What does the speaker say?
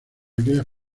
aquellas